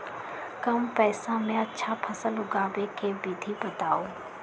कम पूंजी में अच्छा फसल उगाबे के विधि बताउ?